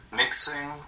mixing